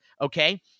okay